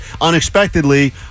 unexpectedly